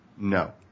No